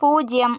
പൂജ്യം